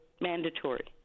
mandatory